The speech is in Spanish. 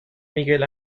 miguel